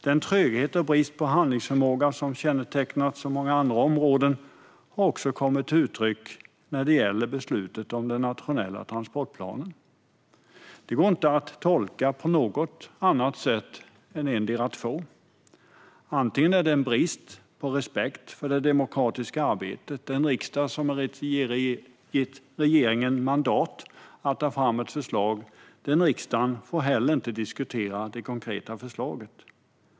Den tröghet och brist på handlingsförmåga som har kännetecknat så många andra områden har också kommit till uttryck när det gäller beslutet om den nationella transportplanen. Detta går inte att tolka på något annat sätt än att det beror på endera av två saker. Det kan vara en brist på respekt för det demokratiska arbetet och den riksdag som har gett regeringen mandat att ta fram ett förslag. Denna riksdag får nu inte heller diskutera det konkreta förslaget.